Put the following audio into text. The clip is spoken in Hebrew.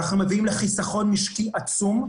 אנחנו מביאים לחיסכון משקי עצום,